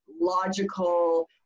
logical